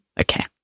Okay